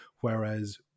whereas